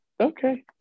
Okay